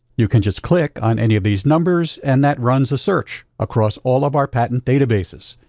you can just click on any of these numbers, and that runs a search across all of our patent databases.